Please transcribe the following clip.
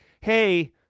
Hey